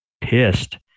pissed